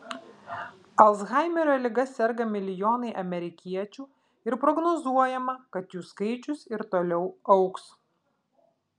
alzhaimerio liga serga milijonai amerikiečių ir prognozuojama kad jų skaičius ir toliau augs